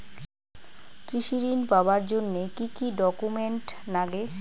কৃষি ঋণ পাবার জন্যে কি কি ডকুমেন্ট নাগে?